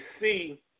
see